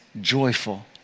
joyful